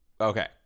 okay